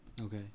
Okay